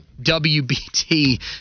WBT